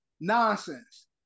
nonsense